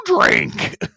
drink